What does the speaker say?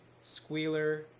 Squealer